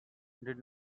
did